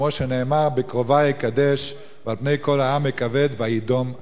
כמו שנאמר: "בקרֹבַי אֶקָדֵש ועל פני כל העם אֶכָּבֵד וַידֹם אהרן".